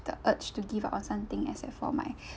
the urge to give up on something except for my